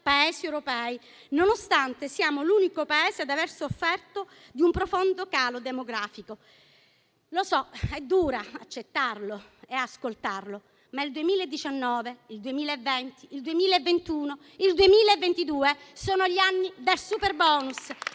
Paesi europei, nonostante siamo l'unico Paese ad aver sofferto di un profondo calo demografico. Lo so, è dura accettarlo e ascoltarlo, ma il 2019, il 2020, il 2021 e il 2022 sono gli anni del superbonus,